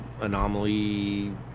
anomaly